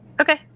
Okay